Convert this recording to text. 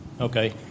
Okay